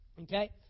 Okay